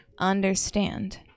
understand